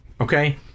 Okay